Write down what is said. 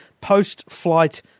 post-flight